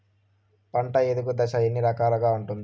పంట ఎదుగు దశలు ఎన్ని రకాలుగా ఉంటుంది?